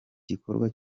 gikorwa